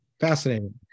Fascinating